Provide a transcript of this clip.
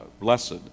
blessed